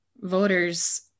voters